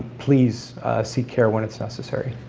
please seek care when it's necessary.